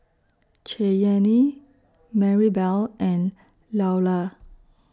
Cheyanne Marybelle and Loula